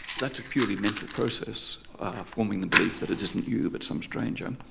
that's a purely mental process forming the belief that it isn't you but some stranger.